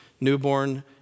newborn